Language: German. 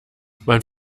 man